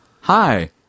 Hi